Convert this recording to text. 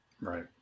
Right